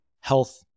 health